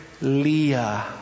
Leah